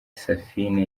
saphine